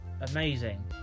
amazing